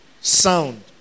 sound